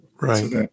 Right